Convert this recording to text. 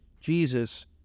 Jesus